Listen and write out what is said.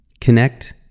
connect